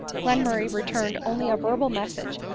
glenmurray returned only a verbal message,